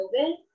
COVID